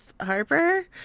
harper